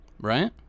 right